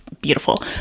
beautiful